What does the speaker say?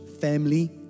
family